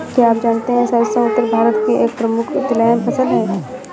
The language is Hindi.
क्या आप जानते है सरसों उत्तर भारत की एक प्रमुख तिलहन फसल है?